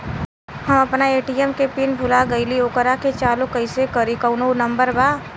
हम अपना ए.टी.एम के पिन भूला गईली ओकरा के चालू कइसे करी कौनो नंबर बा?